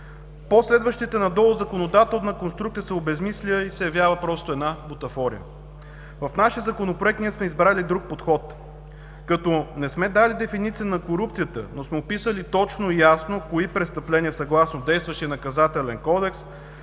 последващите надолу законодателна конструкция се обезсмисля и се явява просто една бутафория. В нашия Законопроект сме избрали друг подход, като не сме дали дефиниция на корупцията, но сме описали точно и ясно кои престъпления, съгласно действащия Наказателен кодекс,